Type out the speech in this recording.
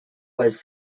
was